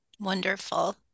Wonderful